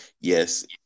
yes